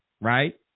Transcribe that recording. right